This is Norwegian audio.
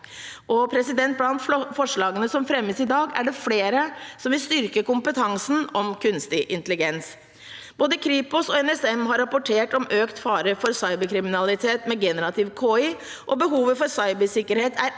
oss med. Blant forslagene som fremmes i dag, er det flere som vil styrke kompetansen om kunstig intelligens. Både Kripos og NSM har rapportert om økt fare for cyberkriminalitet med generativ KI, og behovet for cybersikkerhet er ekstra